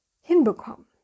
hinbekommen